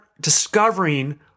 discovering